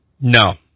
No